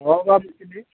ହଁ ବା